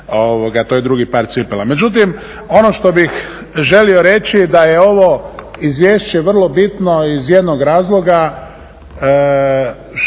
to je drugi par cipela.